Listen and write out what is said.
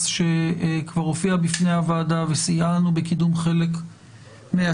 שכבר הופיעה בפני הוועדה וסייעה לנו בקידום חלק מהצעדים.